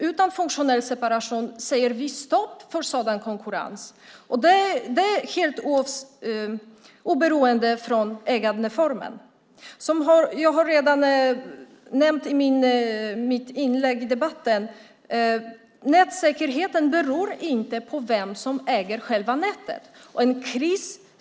Utan funktionell separation säger vi stopp för sådan konkurrens, och det är helt oberoende av ägandeformen. Jag har redan i mitt anförande nämnt att nätsäkerheten inte beror på vem som äger själva nätet.